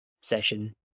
session